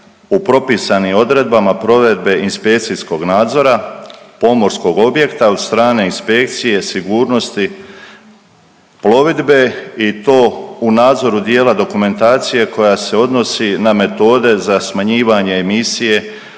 u propisanim odredbama provedbe inspekcijskog nadzora pomorskog objekta od strane inspekcije sigurnosti plovidbe i to u nadzoru dijela dokumentacije koja se odnosi na metode za smanjivanje emisije